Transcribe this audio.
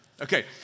Okay